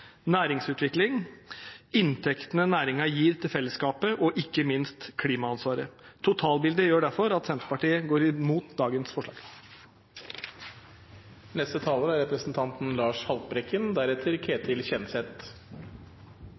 næringsutvikling, inntektene næringen gir til felleskapet, og ikke minst klimaansvaret. Totalbildet gjør derfor at Senterpartiet går imot dagens forslag.